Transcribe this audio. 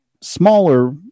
smaller